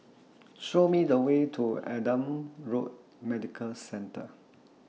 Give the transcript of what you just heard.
Show Me The Way to Adam Road Medical Centre